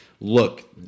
look